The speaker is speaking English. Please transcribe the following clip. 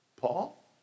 Paul